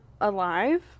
alive